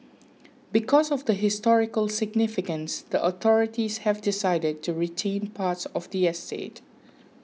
because of the historical significance the authorities have decided to retain parts of the estate